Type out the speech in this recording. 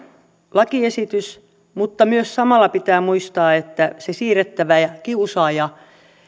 lakiesitys mutta samalla pitää muistaa myös että on tärkeää kiinnittää huomiota siihen että se siirrettävä kiusaaja